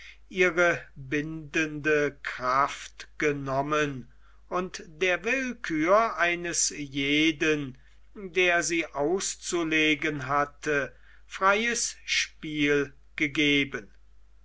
ihre bindende kraft genommen und der willkür eines jeden der sie auszulegen hatte freies spiel gegeben